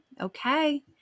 Okay